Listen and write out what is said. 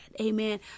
Amen